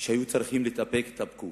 כשהיו צריכים להתאפק, התאפקו